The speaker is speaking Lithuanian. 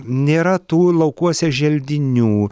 nėra tų laukuose želdinių